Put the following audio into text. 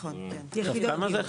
כמה זה?